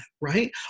right